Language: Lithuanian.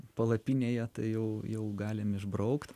palapinėje tai jau jau galim išbraukt